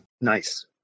nice